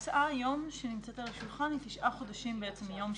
ההצעה שנמצאת היום על השולחן היא תשעה חודשים מיום שבת,